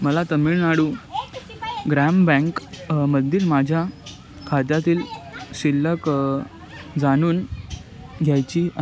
मला तमिळनाडू ग्राम बँकमधील माझ्या खात्यातील शिल्लक जाणून घ्यायची आहे